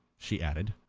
she added.